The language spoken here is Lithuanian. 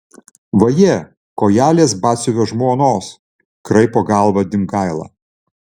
vaje kojelės batsiuvio žmonos kraipo galvą dimgaila